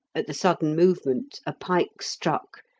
at the sudden movement a pike struck,